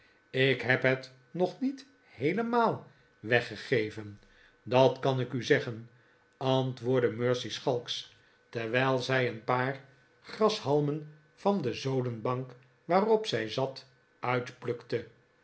ik heb het nog niet heelemaal weggegeven dat kan ik u zeggen antwoordde mercy schalks terwijl zij een paar grashalmen van de zodenbank waarop zij zat uitplukte